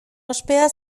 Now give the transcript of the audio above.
ospea